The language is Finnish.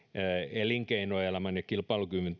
elinkeinoelämän ja kilpailukyvyn